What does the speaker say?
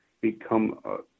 become